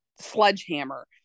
sledgehammer